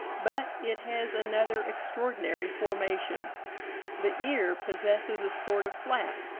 but it has another extraordinary formation the ear possesses a sort of flap,